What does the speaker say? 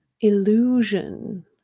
illusion